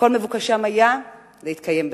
כל מבוקשם היה להתקיים בכבוד.